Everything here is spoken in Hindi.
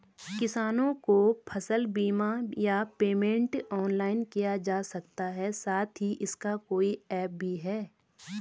किसानों को फसल बीमा या पेमेंट ऑनलाइन किया जा सकता है साथ ही इसका कोई ऐप भी है?